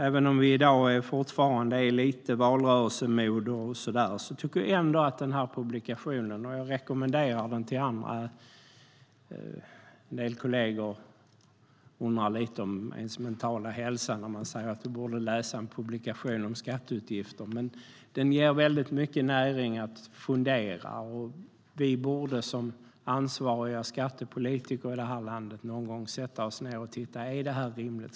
Även om vi fortfarande är lite i valrörelseläge rekommenderar jag den här publikationen till andra. En del kollegor undrar lite om ens mentala hälsa när man säger att de borde läsa en publikation om skatteutgifter. Men den ger väldigt mycket näring till funderingar. Vi borde som ansvariga skattepolitiker i det här landet någon gång sätta oss ned och titta på vad som är rimligt.